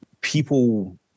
people